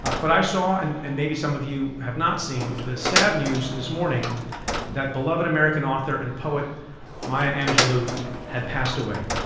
but i saw, and and maybe some of you have not seen, the sad news this morning that beloved american author and poet maya angelou had passed away.